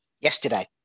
Yesterday